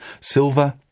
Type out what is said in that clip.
silver